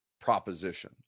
proposition